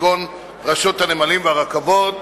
כגון רשות הנמלים והרכבות